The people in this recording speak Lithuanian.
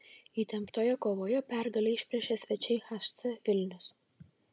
įtemptoje kovoje pergalę išplėšė svečiai hc vilnius